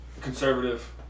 conservative